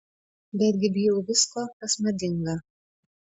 betgi bijau visko kas madinga